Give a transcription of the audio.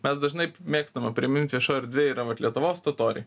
mes dažnai mėgstame primint viešoj erdvėj yra vat lietuvos totoriai